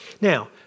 Now